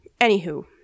Anywho